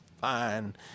fine